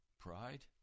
Pride